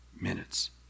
minutes